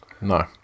No